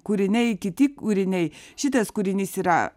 kūriniai kiti kūriniai šitas kūrinys yra